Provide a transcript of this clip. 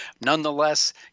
Nonetheless